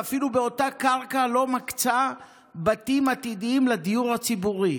ואפילו באותה קרקע לא מקצה בתים עתידיים לדיור הציבורי.